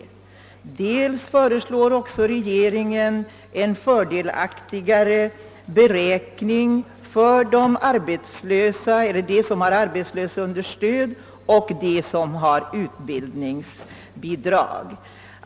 Vidare föreslår regeringen fördelaktigare beräkningsregler för ATP-pensionen för dem som är födda före 1928 och som uppbär arbetslöshetsunderstöd och för dem som har utbildningsbidrag.